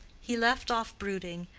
he left off brooding,